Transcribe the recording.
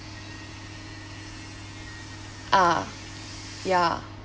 ah ya